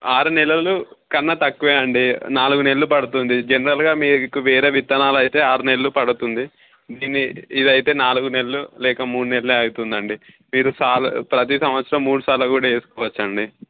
ఆరు నెలలు కన్నా తక్కువ అండి నాలుగు నెలలు పడుతుంది జనరల్గా మీకు వేరే విత్తనాలు అయితే ఆరు నెలలు పడుతుంది దీన్ని ఇదైతే నాలుగు నెలలు లేక మూడు నెలలు అవుతుంది అండి మీరు శాల ప్రతి సంవత్సరం మూడు సార్లు కూడా వేసుకోవచ్చండి